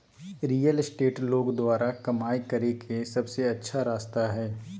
real estate लोग द्वारा कमाय करे के सबसे अच्छा रास्ता हइ